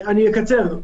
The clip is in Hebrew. אני אקצר.